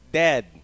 dead